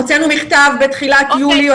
הוצאנו מכתב בתחילת יולי.